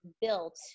built